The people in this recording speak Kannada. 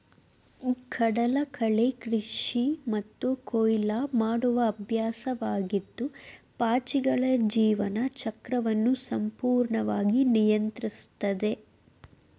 ಕಡಲಕಳೆ ಕೃಷಿ ಮತ್ತು ಕೊಯ್ಲು ಮಾಡುವ ಅಭ್ಯಾಸವಾಗಿದ್ದು ಪಾಚಿಗಳ ಜೀವನ ಚಕ್ರವನ್ನು ಸಂಪೂರ್ಣವಾಗಿ ನಿಯಂತ್ರಿಸ್ತದೆ